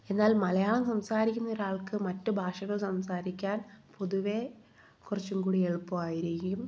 എന്നാൽ മലയാളം സംസാരിക്കുന്ന ഒരാൾക്ക് മറ്റു ഭാഷകൾ സംസാരിക്കാൻ പൊതുവേ കുറച്ചും കൂടി എളുപ്പമായിരിക്കും